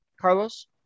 Carlos